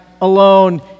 alone